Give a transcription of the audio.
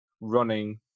running